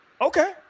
Okay